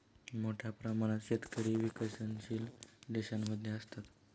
मोठ्या प्रमाणात शेतकरी विकसनशील देशांमध्ये असतात